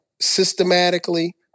systematically